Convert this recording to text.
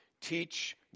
teach